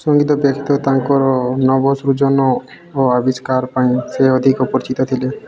ସଙ୍ଗୀତ ବ୍ୟତୀତ ତାଙ୍କର ନବସୃଜନ ଓ ଆବିଷ୍କାର ପାଇଁ ସେ ଅଧିକ ପରିଚିତ ଥିଲେ